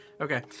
Okay